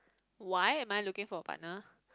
why am I looking for a partner